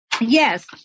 Yes